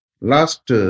Last